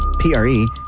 PRE